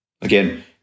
Again